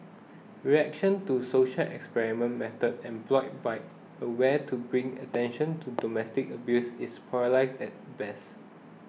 reaction to social experiment method employed by aware to bring attention to domestic abuse is polarised at best